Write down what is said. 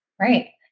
Right